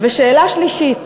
ושאלה שלישית